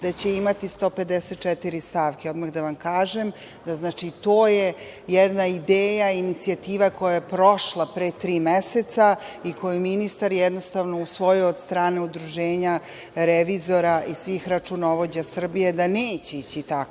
da će imati 154 stavke. Odmah da vam kažem, znači, to je jedna ideja, inicijativa koja je prošla pre tri meseca i koju ministar jednostavno usvojio od strane Udruženja revizora i svih računovođa Srbije, da neće ići takav